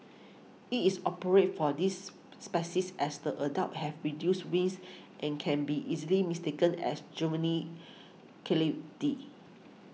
it is operate for this species as the adults have reduced wings and can be easily mistaken as juvenile katydids